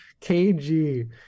KG